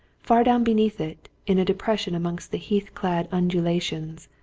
far down beneath it, in a depression amongst the heath-clad undulations,